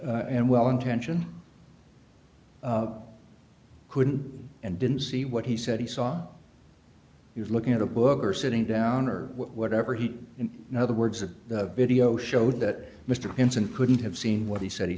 fellow and well intentioned couldn't and didn't see what he said he saw you looking at a book or sitting down or whatever he in other words the video showed that mr vincent couldn't have seen what he said he